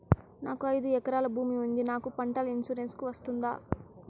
నాకు ఐదు ఎకరాల భూమి ఉంది నాకు పంటల ఇన్సూరెన్సుకు వస్తుందా?